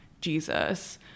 Jesus